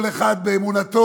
כל אחד באמונתו,